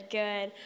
good